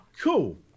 Cool